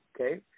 okay